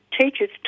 Teachers